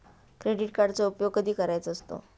Credit कार्डचा उपयोग कधी करायचा असतो?